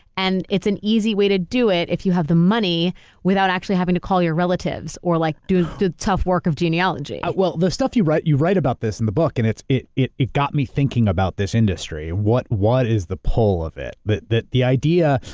and it's an easy way to do it if you have the money without actually having to call your relatives or like do the touch work of genealogy. well the stuff you write, you write about this in the book. and it it got me thinking about this industry. what what is the pull of it? but the the idea.